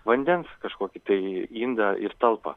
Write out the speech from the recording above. vandens kažkokį tai indą ir talpą